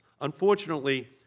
Unfortunately